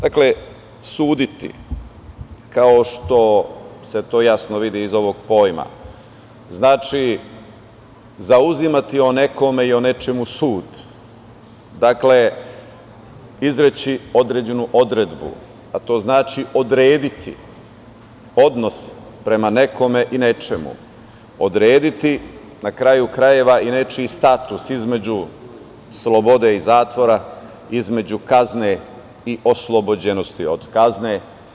Dakle, suditi, kao što se to jasno vidi iz ovog pojma, znači zauzimati o nekome i o nečemu sud, izreći određenu odredbu, a to znači odrediti odnos prema nekome i nečemu, odrediti, na kraju krajeva, i nečiji status između slobode i zatvora, između kazne i oslobođenosti od kazne.